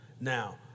Now